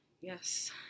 Yes